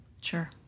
sure